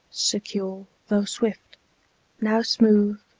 secure though swift now smooth,